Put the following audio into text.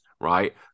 right